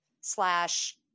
slash